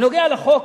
בנוגע לחוק,